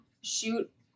shoot